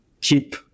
keep